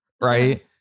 right